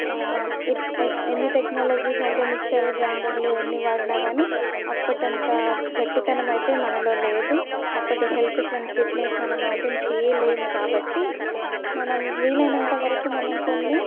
ఎన్ని టెక్నాలజీస్ అంటే మిక్సర్ గ్రైండర్లు ఎన్ని వాడినా కానీ అప్పటి అంత గట్టితనమైతే మనలో లేదు అప్పటి హెల్త్ ఫైన్ ఫిట్నెస్ మనం మెయింటైన్ చేయలేము కాబట్టి మనం వీలైనంత వరకు మనం కొన్ని